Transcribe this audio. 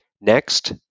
Next